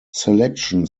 selection